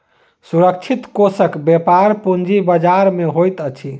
सुरक्षित कोषक व्यापार पूंजी बजार में होइत अछि